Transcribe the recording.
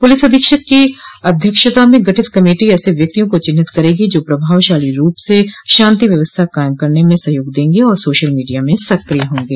police अधीक्षक की अध्यक्षता में गठित कमेटी ऐसे व्यक्तियों को चिन्हित करेंगी जो प्रभावषाली रूप से षांति व्यवस्था कायम करने में सहयोग देंगे और सोषल मीडिया में सक्रिय होंगे